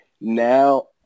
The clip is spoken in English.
now